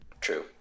True